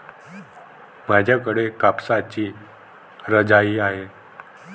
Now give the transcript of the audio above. माझ्याकडे कापसाची रजाई आहे